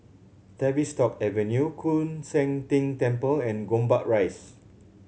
Tavistock Avenue Koon Seng Ting Temple and Gombak Rise